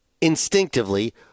instinctively